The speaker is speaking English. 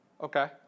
Okay